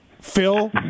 Phil